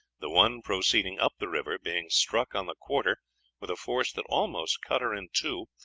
the one proceeding up the river being struck on the quarter with a force that almost cut her in two,